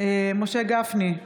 משה גפני,